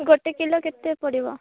ଗୋଟେ କିଲୋ କେତେ ପଡି଼ବ